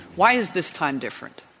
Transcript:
why is this time different?